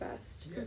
best